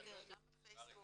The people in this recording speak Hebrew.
גם בטוויטר, גם בפייסבוק.